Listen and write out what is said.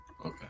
Okay